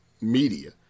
media